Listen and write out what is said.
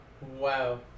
Wow